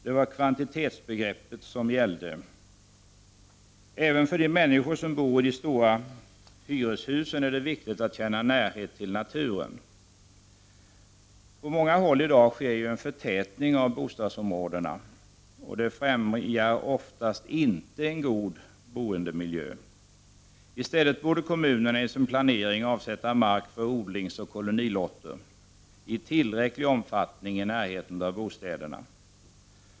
Det var kvantitetsbegreppet som gällde. Även för de människor som bor i de stora hyreshusen är det viktigt att känna närhet till naturen. På många håll sker i dag en förtätning av bostadsområden. Det främjar oftast inte en god boendemiljö. I stället borde kommunerna i sin planering avsätta mark för odlingsoch kolonilotter i tillräcklig omfattning i närheten av bostäderna.